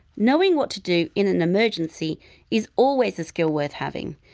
knowing what to do in an emergency is always a skill worth having.